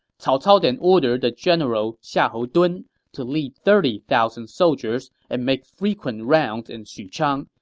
cao cao then ordered the general xiahou dun to lead thirty thousand soldiers and make frequent rounds in xuchang,